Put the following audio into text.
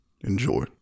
Enjoy